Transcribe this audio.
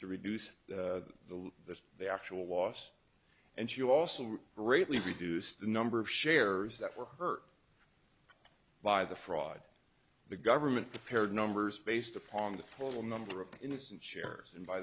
to reduce the the the actual loss and she also greatly reduced the number of shares that were hurt by the fraud the government prepared numbers based upon the full number of innocent shares and by